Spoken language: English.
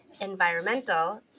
environmental